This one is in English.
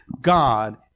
God